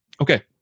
Okay